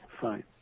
fine